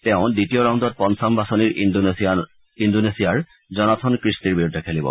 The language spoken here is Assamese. তেওঁ দ্বিতীয় ৰাউণ্ডত পঞ্চম বাছনিৰ ইণ্ডেনেছিয়াৰ জনাথন কৃষ্টিৰ বিৰুদ্ধে খেলিব